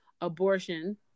abortion